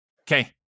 Okay